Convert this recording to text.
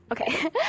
Okay